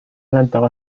adelantado